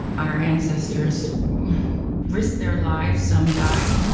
our ancestors risked their lives, some died,